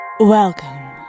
Welcome